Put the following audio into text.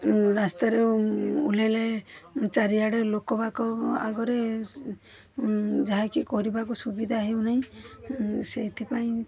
ରାସ୍ତାରେ ଓହ୍ଳାଇଲେ ଚାରିଆଡ଼େ ଲୋକ ବାକ ଆଗରେ ଯାହାକି କରିବାକୁ ସୁବିଧା ହେଉନାହିଁ ସେଇଥିପାଇଁ